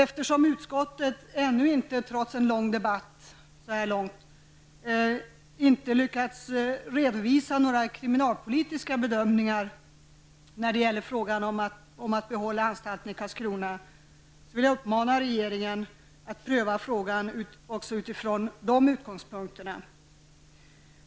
Eftersom utskottet ännu inte, trots en lång debatt, lyckats redovisa några kriminalpolitiska bedömningar när det gäller frågan om att behålla anstalten i Karlskrona, vill jag uppmana regeringen att pröva frågan också från de utgångspunkterna.